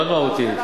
מאוד מהותי.